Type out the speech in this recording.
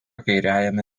kairiajame